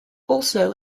also